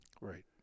Right